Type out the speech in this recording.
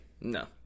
No